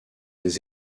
des